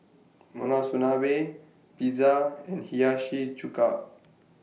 Monsunabe Pizza and Hiyashi Chuka